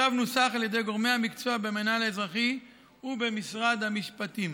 הצו נוסח על ידי גורמי המקצוע במינהל האזרחי ובמשרד המשפטים.